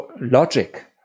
logic